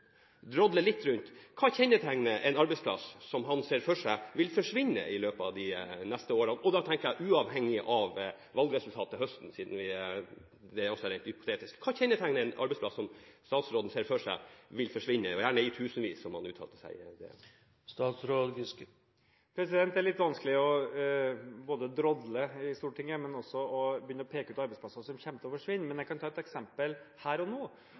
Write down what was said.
litt rundt: Hva kjennetegner en arbeidsplass han ser for seg vil forsvinne i løpet av de neste årene – uavhengig av valgresultatet til høsten, siden det er rent hypotetisk? Hva kjennetegner arbeidsplasser statsråden ser for seg vil forsvinne – gjerne i tusenvis, som han uttalte til DN? Det er litt vanskelig både å drodle i Stortinget og å begynne å peke ut arbeidsplasser som kommer til å forsvinne – men jeg kan ta et eksempel her og nå.